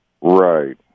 Right